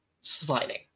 sliding